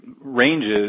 ranges